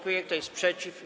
Kto jest przeciw?